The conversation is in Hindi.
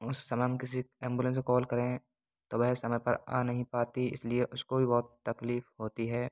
उस समय हम किसी एम्बुलेंस को कॉल करें तो वह समय पर आ नहीं पाती इसलिए उसको भी बहुत तकलीफ होती है